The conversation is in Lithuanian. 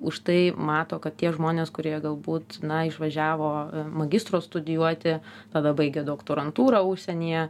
už tai mato kad tie žmonės kurie galbūt na išvažiavo magistro studijuoti tada baigė doktorantūrą užsienyje